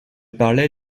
parlais